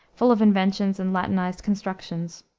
full of inventions and latinized constructions.